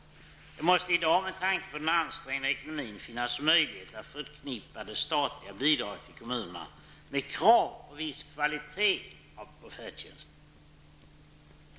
Det måste i dag, med tanke på den ansträngda ekonomin, finnas möjlighet att förknippa det statliga bidraget till kommunerna med krav på viss kvalitet på färdtjänsten.